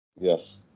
Yes